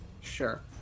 Sure